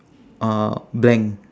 uh blank